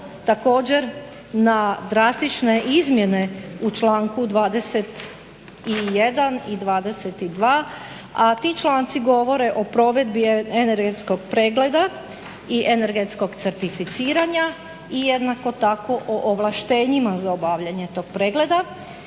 također na drastične izmjene u članku 21. i 22. a ti članci govore o provedbi energetskog pregleda i energetskog certificiranja i jednako tako o ovlaštenjima za obavljanje tog pregleda